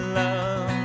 love